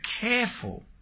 careful